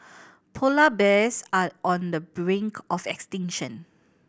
polar bears are on the brink of extinction